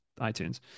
iTunes